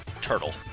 turtle